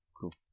Cool